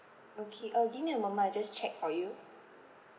okay uh give me a moment I just check for you